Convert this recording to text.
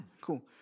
cool